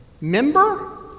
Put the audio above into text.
member